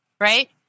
right